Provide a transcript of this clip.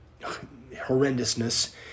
horrendousness